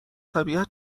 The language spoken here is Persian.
طبیعت